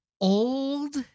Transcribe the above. old